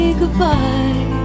goodbye